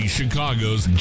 Chicago's